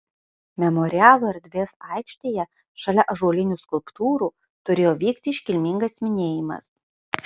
memorialo erdvės aikštėje šalia ąžuolinių skulptūrų turėjo vykti iškilmingas minėjimas